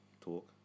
talk